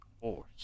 force